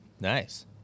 nice